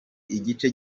igice